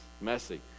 messy